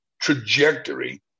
trajectory